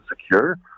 secure